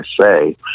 say